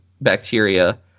bacteria